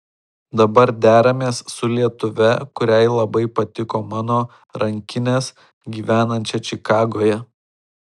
dabar deramės su lietuve kuriai labai patiko mano rankinės gyvenančia čikagoje